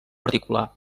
particular